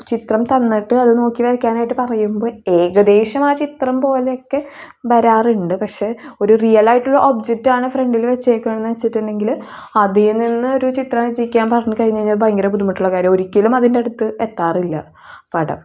ചിത്രം തന്നിട്ട് അത് നോക്കി വരക്കാനായിട്ട് പറയുമ്പോൾ ഏകദേശം ആ ചിത്രം പോലെ ഒക്കെ വരാറുണ്ട് പക്ഷെ ഒരു റിയലായിട്ടൊരു ഒബ്ജക്റ്റ് ആണ് ഫ്രണ്ടില് വെച്ചേക്കണതെന്ന് വെച്ചിട്ടുണ്ടെങ്കിൽ അതിൽ നിന്ന് ഒരു ചിത്രം രചിക്കാൻ പറഞ്ഞ് കഴിഞ്ഞഴിഞ്ഞാൽ ഭയങ്കര ബുദ്ധിമുട്ടുള്ള കാര്യാ ഒരിക്കലും അതിൻ്റടുത്ത് എത്താറില്ല പടം